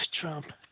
Trump